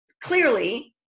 clearly